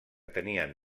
tenien